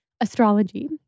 astrology